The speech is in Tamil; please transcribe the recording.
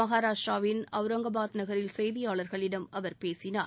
மகாராஷ்டிராவின் அவுரங்காபாத் நகரில் செய்தியாளர்களிடம் அவர் பேசினார்